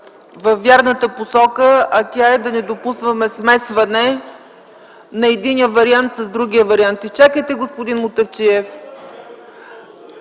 във вярната посока, а тя е да не допускаме смесване на единия вариант с другия вариант. Изчакайте, господин Мутафчиев.